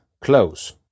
Close